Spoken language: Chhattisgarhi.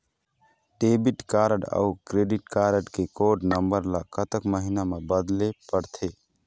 डेबिट कारड अऊ क्रेडिट कारड के कोड नंबर ला कतक महीना मा बदले पड़थे?